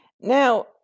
Now